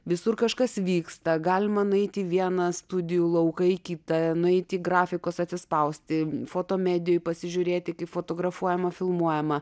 visur kažkas vyksta galima nueiti į vieną studijų lauką į kitą nueiti į grafikos atsispausti foto medijų pasižiūrėti kaip fotografuojama filmuojama